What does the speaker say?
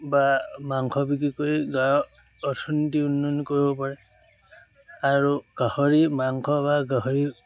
বা মাংস বিক্ৰী কৰি গাঁৱৰ অৰ্থনীতি উন্নয়ন কৰিব পাৰে আৰু গাহৰি মাংস বা গাহৰি